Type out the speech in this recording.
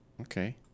Okay